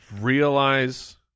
realize